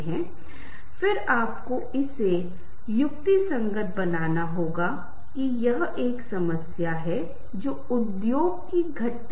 अब वे नोट्स का एक ही सेट पर चल रहे हैं और यह भी हमें नोट्स के बारे में बताता है जैसे कि सा रे गा मा पा दे नि सा और आप पाते हैं कि यह वह जगह है जहां हम पिच के बारे में बात कर रहे थे